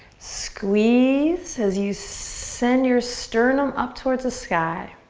squeeze as you send your sternum up towards the sky.